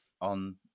on